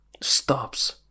stops